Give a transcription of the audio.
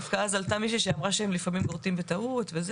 אז עלתה מישהי שאמרה שהם לפעמים גורטים בטעות.